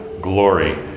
glory